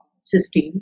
system